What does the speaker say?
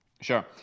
Sure